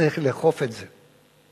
צריך לאכוף את זה,